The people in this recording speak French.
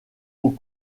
aux